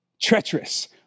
treacherous